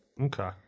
Okay